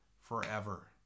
forever